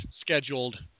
scheduled